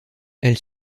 elle